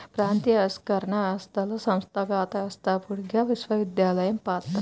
ప్రాంతీయ ఆవిష్కరణ వ్యవస్థలో సంస్థాగత వ్యవస్థాపకుడిగా విశ్వవిద్యాలయం పాత్ర